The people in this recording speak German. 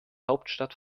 hauptstadt